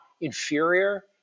inferior